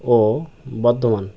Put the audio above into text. ও Bardhaman